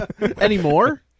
Anymore